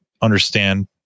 understand